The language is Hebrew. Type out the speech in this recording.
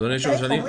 אדוני היו"ר,